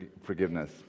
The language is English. forgiveness